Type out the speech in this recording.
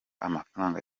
amafaranga